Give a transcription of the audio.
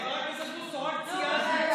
לא, כשזה אדם בודד, בודד.